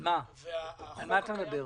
על מה אתה מדבר?